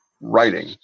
writing